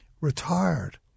retired